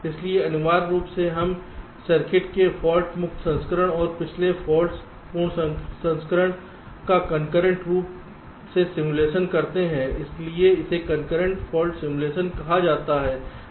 इसलिए अनिवार्य रूप से हम सर्किट के फाल्ट मुक्त संस्करण और प्रत्येक फाल्ट पूर्ण संस्करण का कॉन्करेंट रूप से सिमुलेशन करते हैं इसीलिए इसे कॉन्करेंट फॉल्स सिमुलेशन कहा जाता है